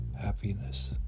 happiness